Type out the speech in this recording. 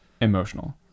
emotional